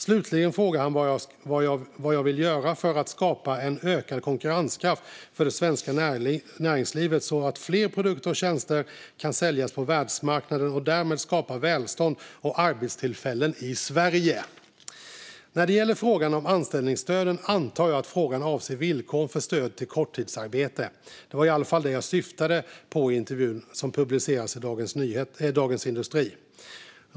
Slutligen frågar han vad jag vill göra för att skapa en ökad konkurrenskraft för det svenska näringslivet så att fler produkter och tjänster kan säljas på världsmarknaden och därmed skapa välstånd och arbetstillfällen i Sverige. När det gäller frågan om anställningsstöden antar jag att frågan avser villkoren för stöd till korttidsarbete. Det var i alla fall det jag syftade på i intervjun som publicerades i Dagens industri.